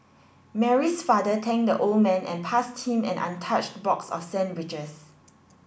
Mary's father thanked the old man and passed him an untouched box of sandwiches